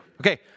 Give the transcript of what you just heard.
Okay